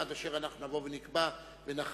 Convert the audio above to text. עד אשר אנחנו נבוא ונקבע ונכריע.